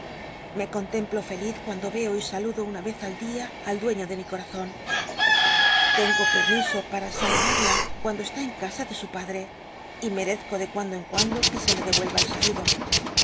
me contemplo feliz cuando veo y saludo una yez al dia al dueiío de mi corazon tengo petmiso para snluda rla cuando csl en casa de su padte y merezco de cuando en cuando que se me del'uelva el saludo